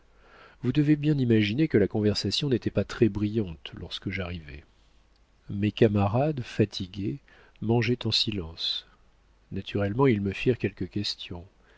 vous devez bien imaginer que la conversation n'était pas très brillante lorsque j'arrivai mes camarades fatigués mangeaient en silence naturellement ils me firent quelques questions